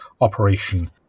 Operation